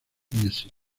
music